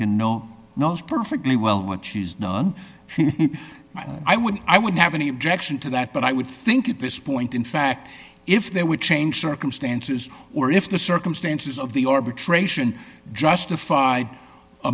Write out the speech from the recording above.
can no knows perfectly well what she's done i would i would have any objection to that but i would think at this point in fact if there were changed circumstances or if the circumstances of the orbits ration justify a